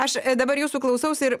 aš dabar jūsų klausausi ir